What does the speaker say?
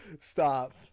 Stop